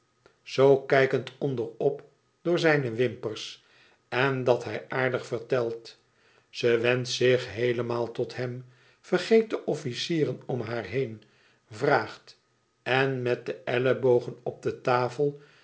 zoo kijkend onder op door zijne wimpers en dat hij aardig vertelt ze wendt zich heelemaal tot hem vergeet de officieren om haar heen vraagt en met de ellebogen op de tafel